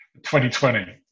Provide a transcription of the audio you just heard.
2020